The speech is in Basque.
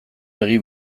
begi